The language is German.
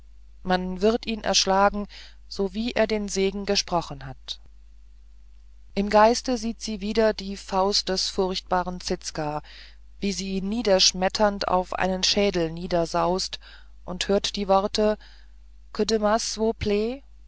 man wird ihn erschlagen sowie er den segen gesprochen hat im geiste sieht sie wieder die faust des furchtbaren zizka wie sie schmetternd auf einen schädel niedersaust und hört seine worte